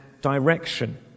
direction